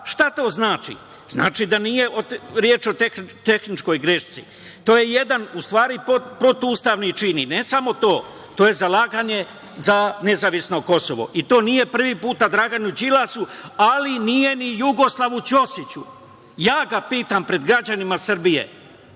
Šta to znači? Znači da nije reč o tehničkoj grešci. To je jedan protivustavni čin i ne samo to. To je zalaganje za nezavisno Kosovo. To nije prvi put Draganu Đilasu, ali nije ni Jugoslavu Ćosiću. Ja ga pitam pred građanima Srbije,